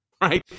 right